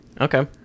Okay